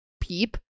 peep